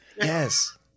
Yes